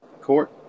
court